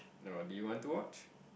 no do you want to watch